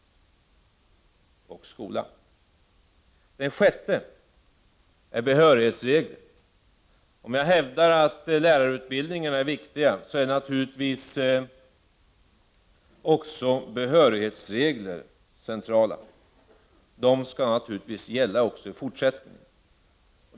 Den sjätte hörnstenen är behörighetsregler. Om jag hävdar att lärarutbildningarna är viktiga gäller det natuligtvis också centrala behörighetsregler. De skall givetvis gälla också i fortsättningen.